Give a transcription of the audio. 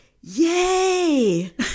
Yay